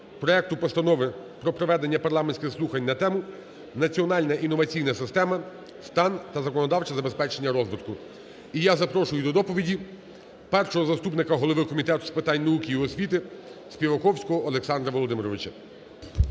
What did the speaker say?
проекту Постанови про проведення парламентських слухань на тему: "Національна інноваційна система: стан та законодавче забезпечення розвитку". І я запрошую до доповіді першого заступника голови Комітету з питань науки і освіти Співаковського Олександра Володимировича.